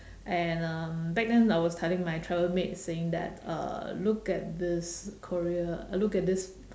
and um back then I was telling my travel mates saying that uh look at this korea look at this